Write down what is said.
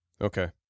Okay